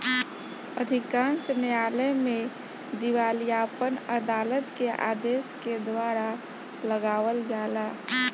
अधिकांश न्यायालय में दिवालियापन अदालत के आदेश के द्वारा लगावल जाला